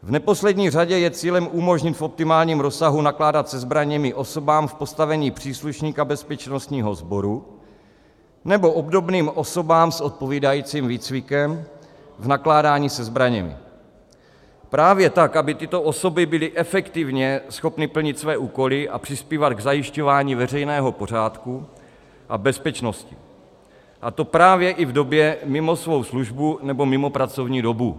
V neposlední řadě je cílem umožnit v optimálním rozsahu nakládat se zbraněmi osobám v postavení příslušníka bezpečnostního sboru nebo obdobným osobám s odpovídajícím výcvikem v nakládání se zbraněmi právě tak, aby tyto osoby byly efektivně plnit své úkoly a přispívat k zajišťování veřejného pořádku a bezpečnosti, a to právě i v době mimo svou službu nebo mimo pracovní dobu.